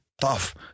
tough